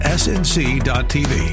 snc.tv